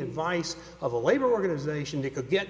advice of a labor organization to get